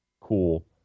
cool